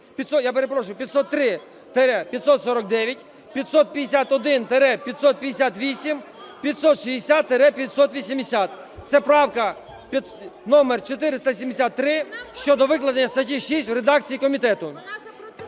я перепрошую, 503-549, 551-558, 560-580. Це правка номер 473 щодо викладення статті 6 в редакції комітету.